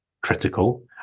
critical